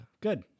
Good